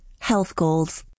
HealthGoals